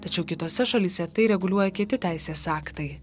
tačiau kitose šalyse tai reguliuoja kiti teisės aktai